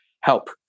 help